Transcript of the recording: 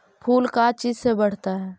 फूल का चीज से बढ़ता है?